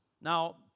Now